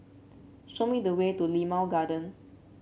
show me the way to Limau Garden